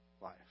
life